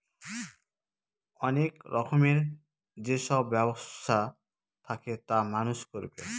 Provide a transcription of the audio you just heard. অনেক রকমের যেসব ব্যবসা থাকে তা মানুষ করবে